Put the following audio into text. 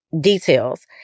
Details